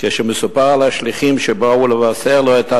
כשמסופר על השליחים שבאו לבשר לו את,